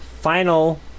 final